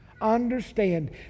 Understand